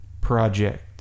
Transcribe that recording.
project